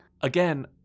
again